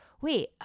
wait